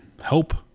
help